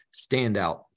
standout